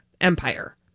empire